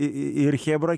ir chebra